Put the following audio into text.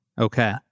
Okay